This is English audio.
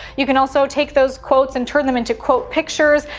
you can also take those quotes and turn them into quote pictures.